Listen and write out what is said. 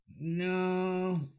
No